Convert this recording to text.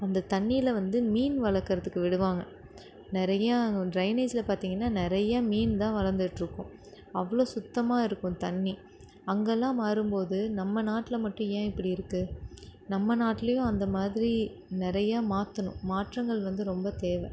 அந்த தண்ணியில் வந்து மீன் வளர்க்குறத்துக்கு விடுவாங்க நிறையா டிரைனேஜில் பார்த்திங்கன்னா நிறைய மீன் தான் வளர்ந்துகிட்டுருக்கும் அவ்வளோ சுத்தமாக இருக்கும் தண்ணி அங்கெல்லாம் மாறும் போது நம்ம நாட்டில் மட்டும் ஏன் இப்படி இருக்குது நம்ம நாட்டுலேயும் அந்த மாதிரி நிறையா மாற்றணும் மாற்றங்கள் வந்து ரொம்ப தேவை